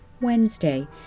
Wednesday